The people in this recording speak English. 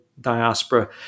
diaspora